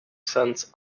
cents